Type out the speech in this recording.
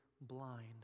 blind